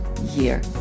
year